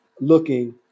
looking